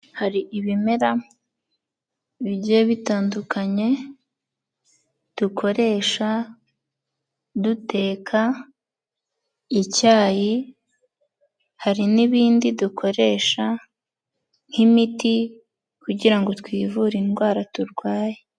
Hari ibimera bigiye bitandukanye dukoresha duteka icyayi, hari n'ibindi dukoresha nk'imiti kugira ngo twivure indwara turwaye.